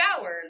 showered